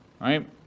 right